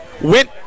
went